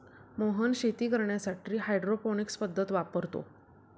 मोहन शेती करण्यासाठी हायड्रोपोनिक्स पद्धत वापरतो